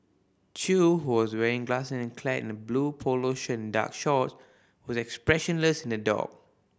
Chew who was wearing glass and clad in a blue polo shirt and dark shorts was expressionless in the dock